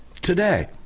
today